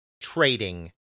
trading